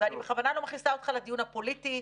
ואני בכוונה לא מכניסה אותך לדיון הפוליטי,